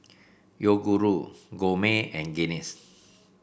Yoguru Gourmet and Guinness